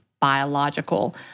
biological